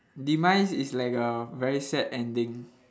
demise is like a very sad ending